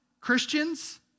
Christians